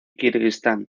kirguistán